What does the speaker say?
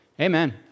Amen